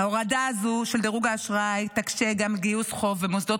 ההורדה הזו של דירוג האשראי תקשה גם על גיוס חוב במוסדות